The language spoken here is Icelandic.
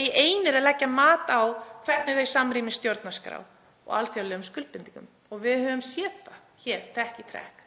eigi einir að leggja mat á hvernig það samrýmist stjórnarskrá og alþjóðlegum skuldbindingum og við höfum séð hér trekk í trekk